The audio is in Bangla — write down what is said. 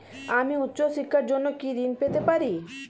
আমি উচ্চশিক্ষার জন্য কি ঋণ পেতে পারি?